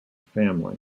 family